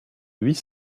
huit